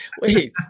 Wait